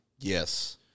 Yes